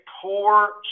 poor